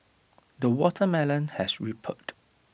the watermelon has ripened